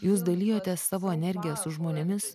jūs dalijotės savo energija su žmonėmis